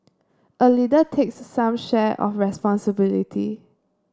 a leader takes some share of responsibility